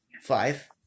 Five